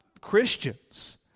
Christians